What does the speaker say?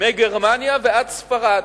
מגרמניה ועד ספרד,